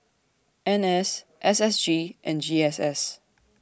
N S S S G and G S S